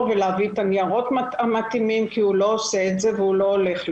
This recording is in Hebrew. ולהביא את הניירות המתאימים כי הוא לא עושה את זה והוא לא הולך לשם.